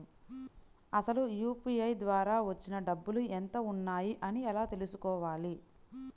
అసలు యూ.పీ.ఐ ద్వార వచ్చిన డబ్బులు ఎంత వున్నాయి అని ఎలా తెలుసుకోవాలి?